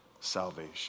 salvation